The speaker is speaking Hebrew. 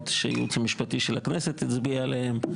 שהייעוץ המשפטי של הכנסת הצביע עליהם,